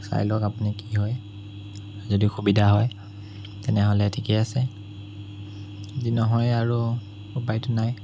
চাই লওক আপুনি কি হয় যদি সুবিধা হয় তেনেহ'লে ঠিকেই আছে যদি নহয় আৰু উপায়তো নাই